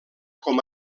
com